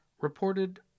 reported